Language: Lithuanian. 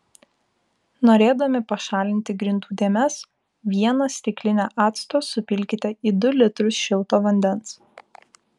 norėdami pašalinti grindų dėmes vieną stiklinę acto supilkite į du litrus šilto vandens